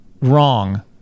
wrong